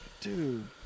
Dude